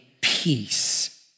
peace